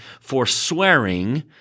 forswearing